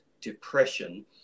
depression